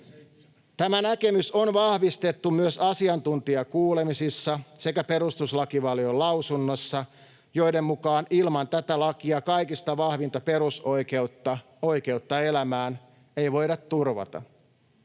Tämä näkemys on vahvistettu myös asiantuntijakuulemisissa sekä perustuslakivaliokunnan lausunnossa, joiden mukaan ilman tätä lakia kaikista vahvinta perusoikeutta, oikeutta elämään, ei voida turvata.